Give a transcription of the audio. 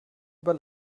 über